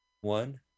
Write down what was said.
one